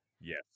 Yes